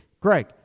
Greg